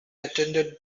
attended